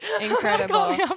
Incredible